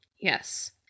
Yes